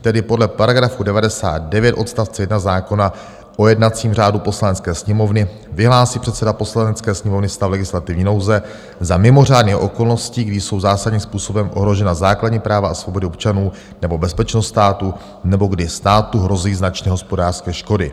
Tedy podle § 99 odst. 1 zákona o jednacím řádu Poslanecké sněmovny vyhlásí předseda Poslanecké sněmovny stav legislativní nouze za mimořádných okolností, kdy jsou zásadním způsobem ohrožena základní práva a svobody občanů nebo bezpečnost státu nebo kdy státu hrozí značné hospodářské škody.